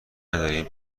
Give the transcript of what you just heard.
ندارین